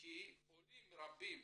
כי עולים רבים